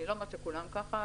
אני לא אומרת שכולם ככה.